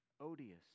odious